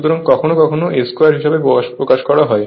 সুতরাং কখনও কখনও a² হিসাবে প্রকাশ করা হয়